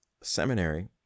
seminary